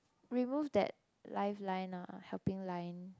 remove that lifeline ah helping line